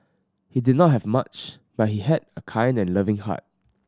he did not have much but he had a kind and loving heart